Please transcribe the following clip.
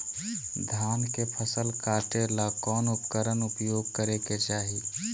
धान के फसल काटे ला कौन उपकरण उपयोग करे के चाही?